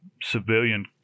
civilian